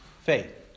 faith